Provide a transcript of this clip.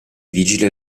vigili